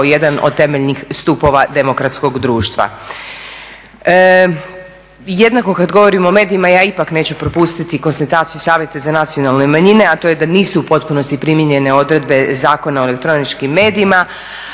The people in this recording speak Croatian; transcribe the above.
jedan od temeljnih stupova demokratskog društva. Jednako kad govorimo o medijima ja ipak neću propustiti konstataciju Savjeta za nacionalne manjine a to je da nisu u potpunosti primijenjene odredbe Zakona o elektroničkim medijima